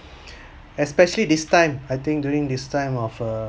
especially this time I think during this time of err